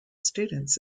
students